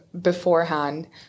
beforehand